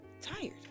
tired